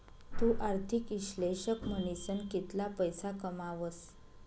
तु आर्थिक इश्लेषक म्हनीसन कितला पैसा कमावस